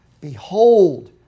Behold